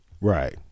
Right